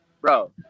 Bro